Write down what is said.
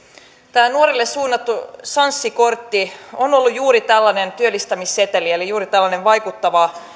tämä nuorille suunnattu sanssi kortti on ollut juuri tällainen työllistämisseteli eli juuri tällainen vaikuttava